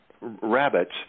rabbits